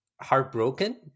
heartbroken